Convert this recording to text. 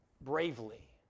bravely